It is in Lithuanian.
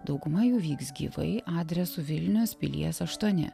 dauguma jų vyks gyvai adresu vilnius pilies aštuoni